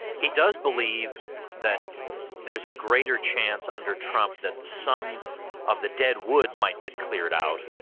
he does believe that there's a greater chance under trump that some of the deadwood might get cleared out,